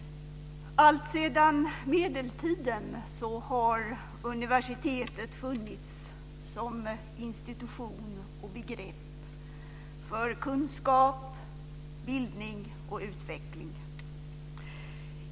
Alltsedan medeltiden har universitetet funnits som institution och begrepp för kunskap, bildning och utveckling.